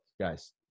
guys